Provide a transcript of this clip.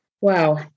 Wow